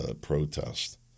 protest